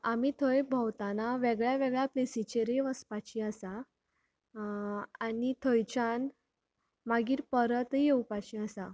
आमी थंय भोंवतना वेगळ्या वेगळ्या प्लेसीचेरूंय वचपाची आसा आनी थंयच्यान मागीर परतय येवपाचीय आसा